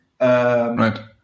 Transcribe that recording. Right